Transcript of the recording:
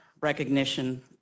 recognition